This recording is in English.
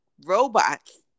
robots